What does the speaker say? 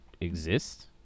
exist